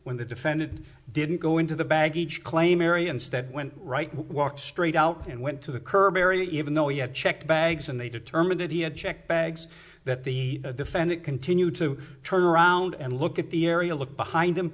when the defendant didn't go into the baggage claim area instead went right walked straight out and went to the curb area even though you have checked bags and they determined that he had checked bags that the defendant continued to turn around and look at the area look behind